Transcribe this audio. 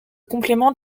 complément